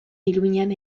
iruñean